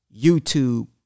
YouTube